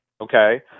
okay